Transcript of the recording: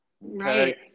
Right